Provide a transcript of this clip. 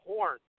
Horn